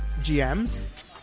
GMs